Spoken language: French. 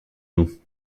nous